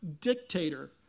dictator